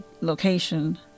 location